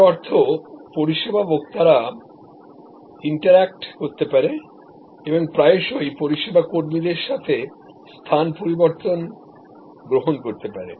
এর অর্থ পরিষেবা ভোক্তারা ইন্টারঅ্যাক্ট করতে পারে এবং প্রায়শই পরিষেবা কর্মীদের সাথে স্থান পরিবর্তনগ্রহণ করতে পারে